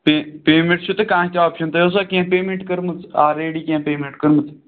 پے payment چھُ تۄہہِ کانٛہہ تہِ آپشَن تۄہہِ ٲسوٕ کانٛہہ پیمیٚنٛٹ کٔرمٕژ آلریڈی کیٚنٛہہ پیمیٚنٛٹ کٔرمٕژ